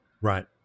right